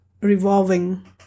revolving